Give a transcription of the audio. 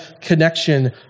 connection